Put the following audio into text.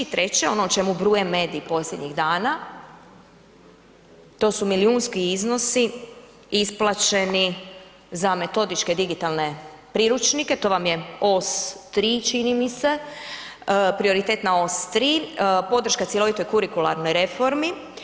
I treće ono o čemu bruje mediji posljednjih dana, to su milijunski iznosi isplaćeni za metodičke digitalne priručnike to vam je Os 3 čini mi se Prioritetna os 3, podrška cjelovitoj kurikularnoj reformi.